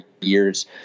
years